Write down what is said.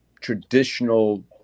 traditional